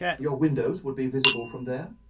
your windows would be visible from there?